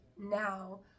now